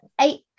eight